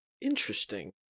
Interesting